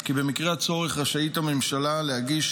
כי במקרה הצורך רשאית הממשלה להגיש